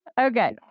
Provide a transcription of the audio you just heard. okay